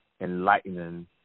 enlightening